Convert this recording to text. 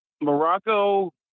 Morocco